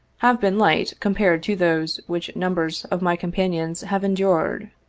have been light compared to those which numbers of my companions have endured.